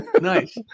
Nice